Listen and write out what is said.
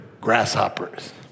grasshoppers